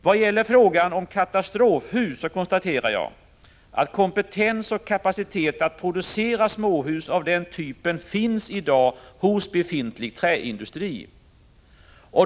Vad gäller frågan om katastrofhus, konstaterar jag att kompetens och kapacitet att producera småhus av den typen i dag finns hos befintlig träindustri.